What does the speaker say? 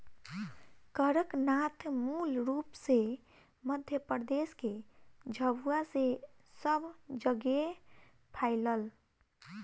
कड़कनाथ मूल रूप से मध्यप्रदेश के झाबुआ से सब जगेह फईलल